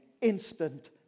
instant